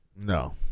No